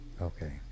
okay